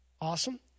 Awesome